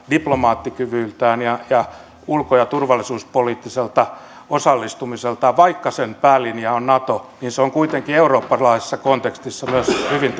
diplomaattikyvyltään ja ja ulko ja turvallisuuspoliittiselta osallistumiseltaan erinomaisen iso sotilaallinen valta vaikka sen päälinja on nato niin se on kuitenkin eurooppalaisessa kontekstissa myös hyvin